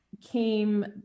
came